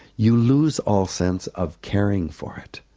you lose all sense of caring for it.